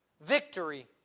victory